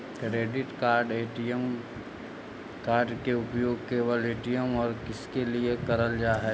Credit card ATM card के उपयोग केवल ए.टी.एम और किसके के लिए करल जा है?